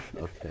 Okay